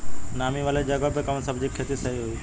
नामी वाले जगह पे कवन सब्जी के खेती सही होई?